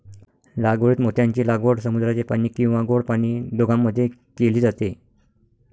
लागवडीत मोत्यांची लागवड समुद्राचे पाणी किंवा गोड पाणी दोघांमध्ये केली जाते